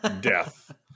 Death